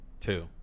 Two